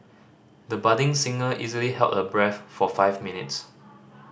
the budding singer easily held her breath for five minutes